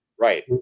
Right